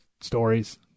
stories